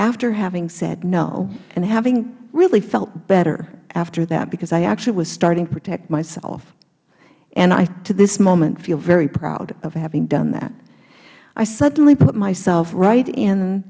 after having said no and having really felt better after that because i actually was starting to protect myself and i to this moment feel very proud of having done that i suddenly put myself right in